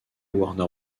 warner